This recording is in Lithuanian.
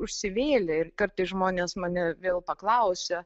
užsivėlė ir kartais žmonės mane vėl paklausia